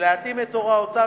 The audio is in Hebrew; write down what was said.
ולהתאים את הוראותיו,